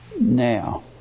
now